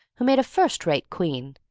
who made a first-rate queen.